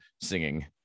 singing